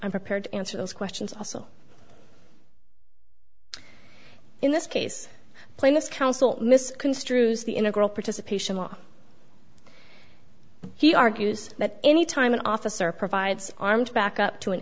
i'm prepared to answer those questions also in this case plaintiffs counsel misconstrues the integral participation law he argues that any time an officer provides armed backup to an